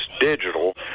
Digital